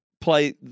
play